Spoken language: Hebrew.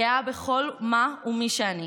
גאה בכל מה ומי שאני: